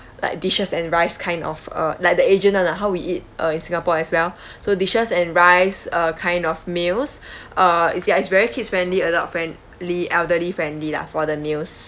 like dishes and rice kind of uh like the asian one ah how we eat uh in singapore as well so dishes and rice uh kind of meals uh you see it's very kids friendly adult friendly elderly friendly lah for the meals